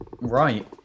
Right